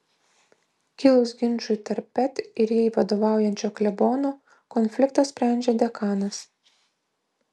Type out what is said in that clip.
kilus ginčui tarp pet ir jai vadovaujančio klebono konfliktą sprendžia dekanas